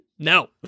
No